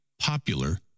popular